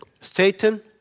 Satan